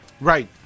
Right